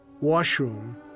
washroom